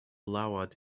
lowered